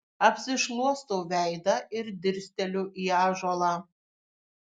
apsišluostau veidą ir dirsteliu į ąžuolą